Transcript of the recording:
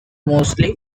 mostly